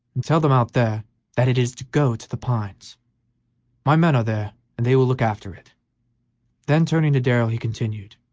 and tell them out there that it is to go to the pines my men are there and they will look after it then, turning to darrell, he continued,